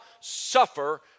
suffer